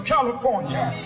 California